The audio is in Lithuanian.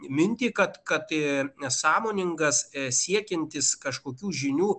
mintį kad katė ir nesąmoningas siekiantis kažkokių žinių